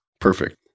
Perfect